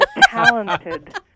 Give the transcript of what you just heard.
talented